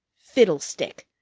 fiddlestick!